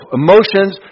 emotions